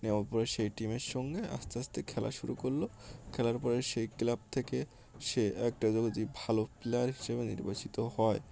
নেওয়ার পরে সেই টিমের সঙ্গে আস্তে আস্তে খেলা শুরু করল খেলার পরে সেই ক্লাব থেকে সে একটা যদি ভালো প্লেয়ার হিসেবে নির্বাচিত হয়